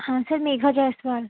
हाँ सर मेघा जैसवाल